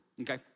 okay